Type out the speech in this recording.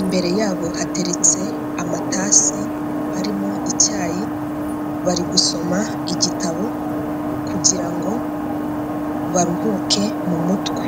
imbere yabo hateretse amatasi arimo icyayi, bari gusoma igitabo kugira ngo baruhuke mu mutwe.